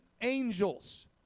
angels